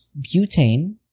butane